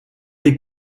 les